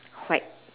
white